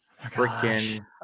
freaking